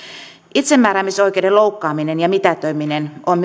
itsemääräämisoikeuden loukkaaminen ja mitätöiminen ovat